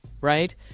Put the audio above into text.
right